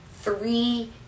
three